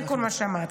זה כל מה שאמרתי.